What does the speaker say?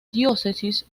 diócesis